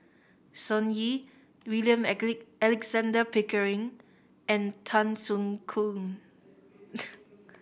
Sun Yee William Alexander Pickering and Tan Soo Khoon